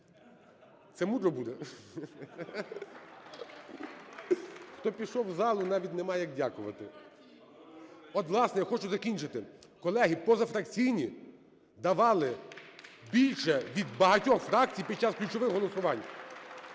(Шум у залі) Хто пішов із залу, навіть нема, як дякувати. От, власне, хочу закінчити. Колеги позафракційні давали більше від багатьох фракцій під час ключових голосувань.